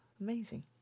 amazing